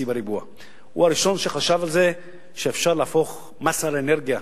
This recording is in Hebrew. הוא הראשון שחשב על זה שאפשר להפוך מאסה לאנרגיה,